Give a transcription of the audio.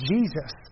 Jesus